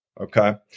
Okay